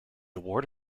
award